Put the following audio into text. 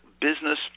business